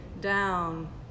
down